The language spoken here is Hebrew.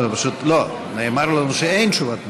פשוט נאמר לנו שאין תשובת ממשלה.